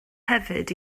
hefyd